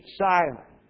silent